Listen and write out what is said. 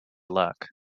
luck